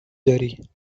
داری